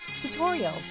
tutorials